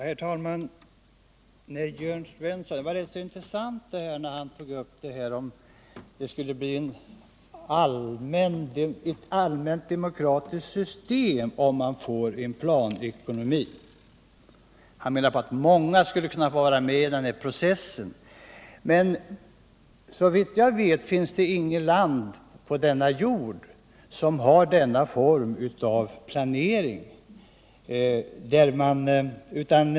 Herr talman! Det var rätt intressant när Jörn Svensson tog upp frågan, om införandet av en planekonomi skulle innebära att man får ett allmänt demokratiskt system. Han menar att många skulle kunna få vara med i denna process. Men såvitt jag vet finns det inget land på vår jord som har denna form av planering.